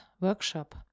workshop